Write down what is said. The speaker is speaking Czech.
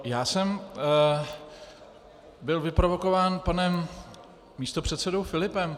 Já jsem byl vyprovokován panem místopředsedou Filipem.